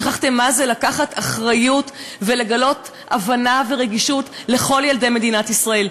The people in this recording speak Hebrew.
שכחתם מה זה לקחת אחריות ולגלות הבנה ורגישות לכל ילדי מדינת ישראל.